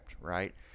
right